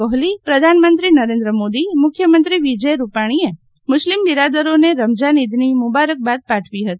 કોહલી પ્રધાનમંત્રી નરેન્દ્ર મોદી મુખ્યમંત્રી વિજય રૂપાછીએ મુસ્લિમ બિરાદરોને રમઝાન ઈદની મુબારકબાદ પાઠવી હતી